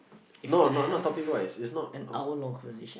if you can have an hour long conversation